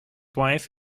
wife